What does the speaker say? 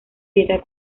dieta